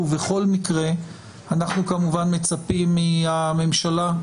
בכל מקרה אנחנו כמובן מצפים מהממשלה,